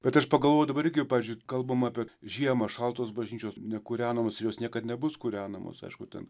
bet aš pagalvojau dabar irgi pavyzdžiui kalbam apie žiemą šaltos bažnyčios nekūrenamos jos niekad nebus kūrenamos aišku ten